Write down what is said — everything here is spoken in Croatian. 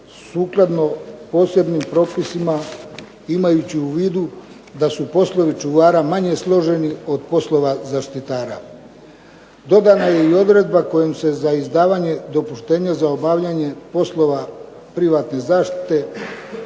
sukladno posebnim propisima, imajući u vidu da su poslovi čuvara manje složeni od poslova zaštitara. Dodana je i odredba kojom se za izdavanje dopuštenja za obavljanje poslova privatne zaštite